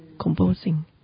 composing